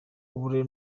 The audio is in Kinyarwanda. ubure